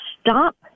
stop